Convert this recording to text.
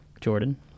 Jordan